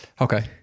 Okay